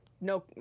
no